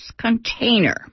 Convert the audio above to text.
container